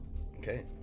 Okay